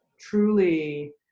truly